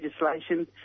legislation